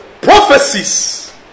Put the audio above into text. prophecies